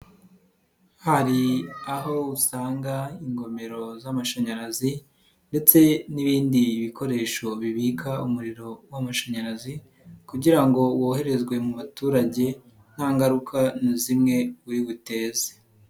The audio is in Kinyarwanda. Hari aho usanga ingomero z'amashanyarazi ndetse n'ibindi bikoresho bibika umuriro w'amashanyarazi kugira ngo woherezwe mu baturage nta ngaruka na zimwe uri buteze.